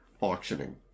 auctioning